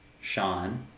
Sean